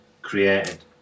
created